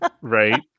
Right